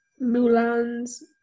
Mulan's